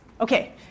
Okay